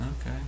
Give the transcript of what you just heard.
Okay